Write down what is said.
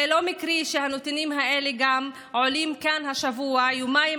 זה לא מקרי שהנתונים האלה עולים כאן השבוע יומיים